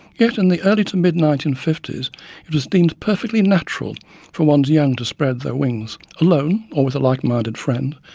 yet in the early to mid nineteen fifty s it was deemed perfectly natural for one's young to spread their wings, alone or with a like-minded friend,